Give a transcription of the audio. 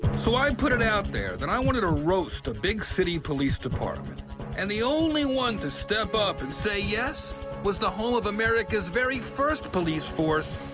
so i put it out there that i wanted to roast a big city police department and the only one to step up and say yes was the home of america's very first police force,